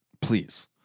please